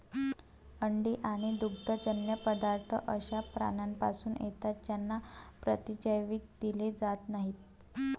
अंडी आणि दुग्धजन्य पदार्थ अशा प्राण्यांपासून येतात ज्यांना प्रतिजैविक दिले जात नाहीत